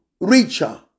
richer